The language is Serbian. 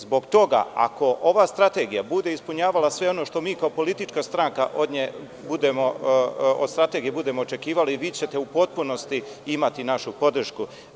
Zbog toga, ako ova strategija bude ispunjavala sve ono što mi kao politička stranka od nje budemo očekivali, vi ćete u potpunosti imati našu podršku.